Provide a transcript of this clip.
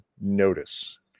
Notice